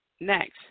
Next